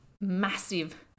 massive